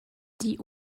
die